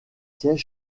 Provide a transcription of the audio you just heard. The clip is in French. pièces